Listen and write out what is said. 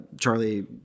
Charlie –